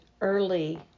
early